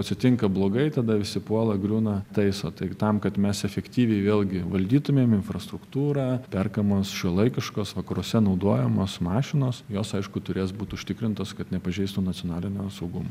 atsitinka blogai tada visi puola griūna taiso tai tam kad mes efektyviai vėlgi valdytumėm infrastruktūrą perkamos šiuolaikiškos vakaruose naudojamos mašinos jos aišku turės būt užtikrintos kad nepažeistų nacionalinio saugumo